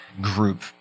group